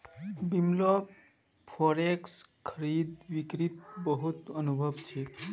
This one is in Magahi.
बिमलक फॉरेक्स खरीद बिक्रीत बहुत अनुभव छेक